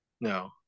No